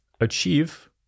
achieve